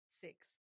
six